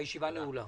הישיבה נעולה.